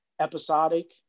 episodic